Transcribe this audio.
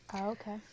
Okay